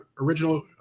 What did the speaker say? original